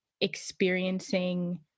experiencing